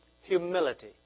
Humility